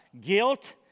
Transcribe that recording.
guilt